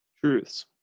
Truths